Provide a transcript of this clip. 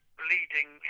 bleeding